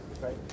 right